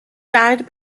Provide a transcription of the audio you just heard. died